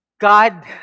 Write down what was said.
God